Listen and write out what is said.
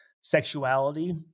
sexuality